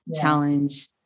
challenge